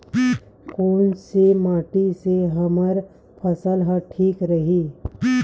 कोन से माटी से हमर फसल ह ठीक रही?